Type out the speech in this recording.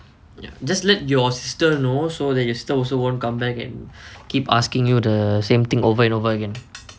just let your sister know so that your sister also won't comeback and keep asking you the same thing over and over again